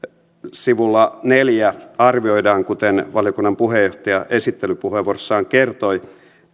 sivulla neljään arvioidaan kuten valiokunnan puheenjohtaja esittelypuheenvuorossaan kertoi